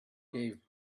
gave